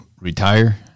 retire